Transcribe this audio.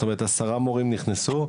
זאת אומרת עשרה מורים נכנסו,